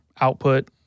output